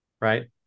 right